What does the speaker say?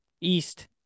East